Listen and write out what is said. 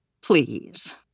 please